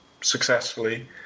successfully